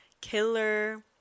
Killer